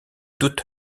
doute